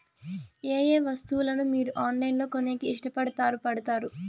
ఏయే వస్తువులను మీరు ఆన్లైన్ లో కొనేకి ఇష్టపడుతారు పడుతారు?